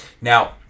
Now